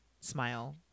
smile